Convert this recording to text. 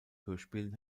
hörspielen